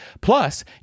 plus